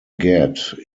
gad